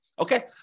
Okay